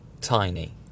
tiny